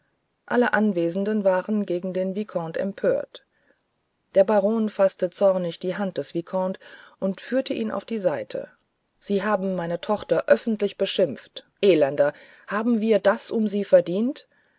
alle anwesenden waren gegen den vicomte empört der baron faßte zornig die hand des vicomte und führte ihn auf die seite sie haben meine tochter öffentlich beschimpft elender haben wir das um sie verdient